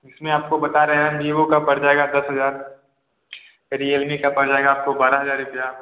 इसमें आपको बता रहे हैं वीवो का पड़ जाएगा दस हज़ार रियलमी का पड़ जाएगा आपको बारह हज़ार का